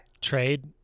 Trade